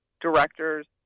directors